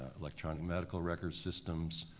electronic medical records systems,